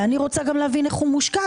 ואני רוצה גם להבין איך הוא מושקע,